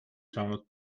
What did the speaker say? saanud